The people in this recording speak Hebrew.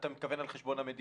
אתה מתכוון על חשבון המדינה.